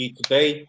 today